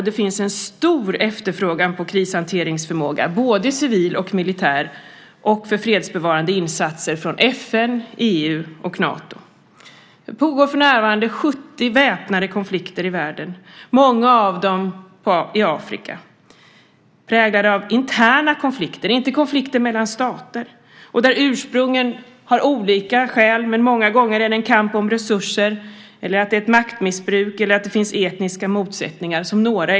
Det finns en stor efterfrågan på krishanteringsförmåga, både civil och militär, och på fredsbevarande insatser från FN, EU och Nato. Det pågår för närvarande 70 väpnade konflikter i världen, många av dem i Afrika, präglade av interna konflikter, inte konflikter mellan stater. Ursprunget är olika, men många gånger handlar det om till exempel kamp om resurser, maktmissbruk eller etniska motsättningar.